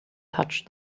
touched